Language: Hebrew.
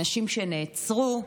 אנשים שנעצרו,